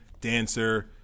dancer